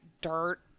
dirt